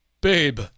babe